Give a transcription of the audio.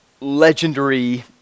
legendary